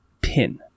pin